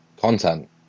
content